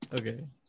okay